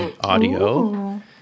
audio